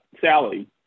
Sally